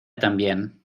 también